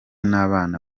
n’abana